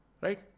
Right